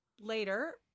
Later